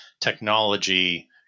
technology